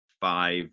five